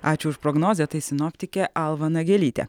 ačiū už prognozę tai sinoptikė alva nagelytė